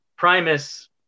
Primus